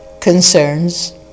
concerns